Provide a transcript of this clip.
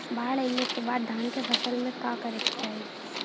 बाढ़ आइले के बाद धान के फसल में का करे के चाही?